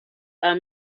are